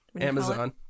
Amazon